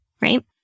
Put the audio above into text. right